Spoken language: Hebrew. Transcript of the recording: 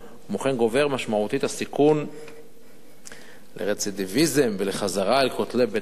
כמו כן גובר משמעותית הסיכון לרצידיביזם ולחזרה אל כותלי בית-הכלא.